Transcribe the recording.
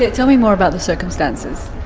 tell me more about the circumstances.